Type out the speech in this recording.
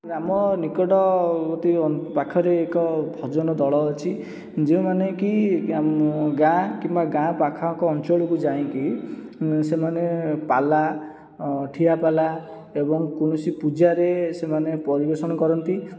ଆମ ନିକଟ ଅତି ପାଖରେ ଏକ ଭଜନ ଦଳ ଅଛି ଯେଉଁମାନେକି ଗାଁ କିମ୍ବା ଗାଁ ପାଖାଆଖ ଅଞ୍ଚଳକୁ ଯାଇଁକି ସେମାନେ ପାଲା ଠିଆ ପାଲା ଏବଂ କୌଣସି ପୂଜାରେ ସେମାନେ ପରିବେଷଣ କରନ୍ତି